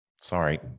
sorry